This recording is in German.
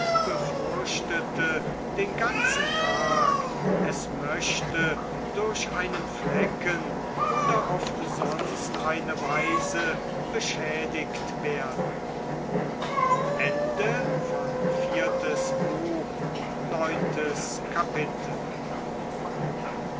befürchtete den ganzen tag es möchte durch einen flecken oder auf sonst eine weise beschädigt werden